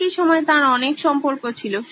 একই সময় তাঁর অনেক সম্পর্ক ছিল